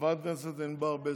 חברת הכנסת ענבר בזק.